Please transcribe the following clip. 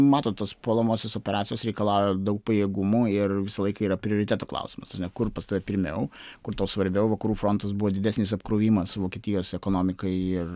matot tos puolamosios operacijos reikalauja pajėgumų ir visą laiką yra prioritetų klausimas kur pas tave pirmiau kur tau svarbiau vakarų frontas buvo didesnis apkrovimas vokietijos ekonomikai ir